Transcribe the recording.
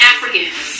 Africans